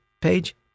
page